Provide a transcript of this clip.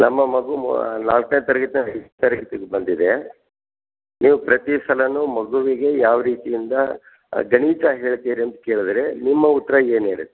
ನಮ್ಮ ಮಗು ಮೊ ನಾಲ್ಕನೇ ತರಗತಿಗೆ ಸರಿ ಬಂದಿದೆ ನೀವು ಪ್ರತಿ ಸಲವೂ ಮಗುವಿಗೆ ಯಾವ ರೀತಿಯಿಂದ ಗಣಿತ ಹೇಳ್ತೀರಿ ಅಂತ ಕೇಳಿದ್ರೆ ನಿಮ್ಮ ಉತ್ತರ ಏನಿರುತ್ತೆ